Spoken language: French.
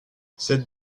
cette